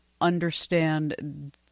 understand